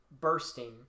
bursting